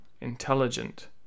intelligent